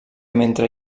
mentre